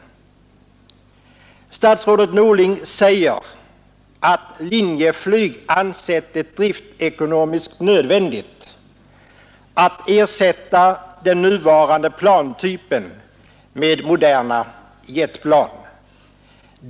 Statsrådet Norling säger att Linjeflyg ansett det driftekonomiskt nödvändigt att ersätta den nuvarande plantypen med moderna jetplan.